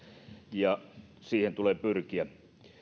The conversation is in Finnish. ja siihen tulee pyrkiä